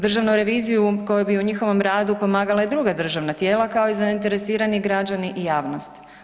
Državnu reviziju koju bi u njihovom radu pomagala druga državna tijela, kao zainteresirani građani i javnost.